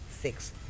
six